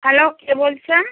hello কে বলছেন